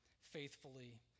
faithfully